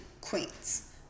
Queens